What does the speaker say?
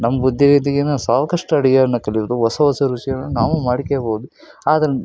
ನಮ್ಮ ಬುದ್ಧಿ ಇದ್ದಾಗಿನ ಸಾಕಷ್ಟು ಅಡಿಗೆಗಳನ್ನ ಕಲಿಯೋದು ಹೊಸ ಹೊಸ ರುಚಿಗಳನ್ನ ನಾವು ಮಾಡ್ಕೋಬೋದು ಆದ್ರೆ